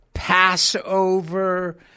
Passover